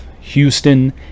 Houston